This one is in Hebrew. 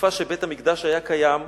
בתקופה שבית-המקדש היה קיים,